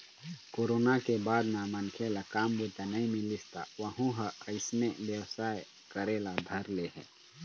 corona के बाद म मनखे ल काम बूता नइ मिलिस त वहूँ ह अइसने बेवसाय करे ल धर ले हे